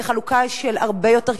תהיה חלוקה של הרבה יותר,